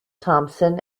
thompson